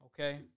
Okay